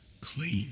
clean